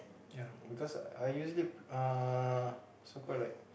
ya because I usually uh so called like